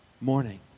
morning